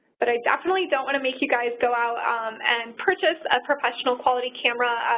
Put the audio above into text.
but i definitely don't want to make you guys go out and purchase a professional-quality camera.